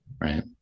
right